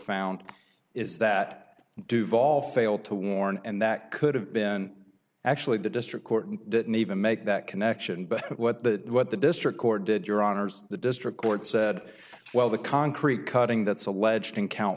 found is that duvall failed to warn and that could have been actually the district court and didn't even make that connection but what the what the district court did your honors the district court said well the concrete cutting that's alleged in count